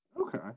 Okay